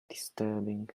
disturbing